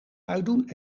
uitdoen